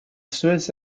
swiss